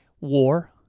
War